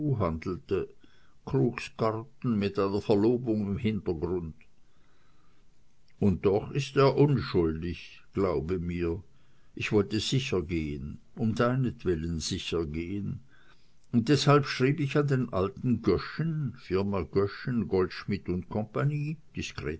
mit einer verlobung im hintergrund und doch ist er unschuldig glaube mir ich wollte sichergehen um deinetwillen sichergehen und deshalb schrieb ich an den alten goeschen firma goeschen goldschmidt und kompanie